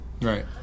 right